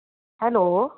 hello